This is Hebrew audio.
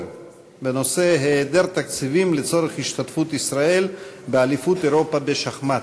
בנושא: היעדר תקציבים לצורך השתתפות ישראל באליפות אירופה בשחמט.